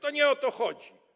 To nie o to chodzi.